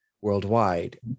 worldwide